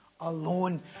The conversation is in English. alone